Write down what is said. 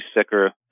sicker